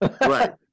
right